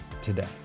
today